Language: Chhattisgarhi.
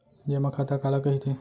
जेमा खाता काला कहिथे?